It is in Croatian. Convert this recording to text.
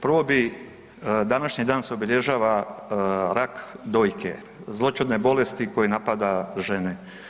Prvo bih današnji dan se obilježava rak dojke, zloćudne bolesti koji napada žene.